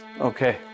okay